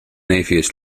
atheist